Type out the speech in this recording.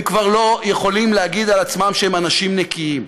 הם כבר לא יכולים להגיד על עצמם שהם אנשים נקיים.